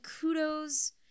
kudos